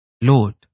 Lord